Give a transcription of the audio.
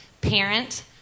Parent